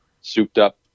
souped-up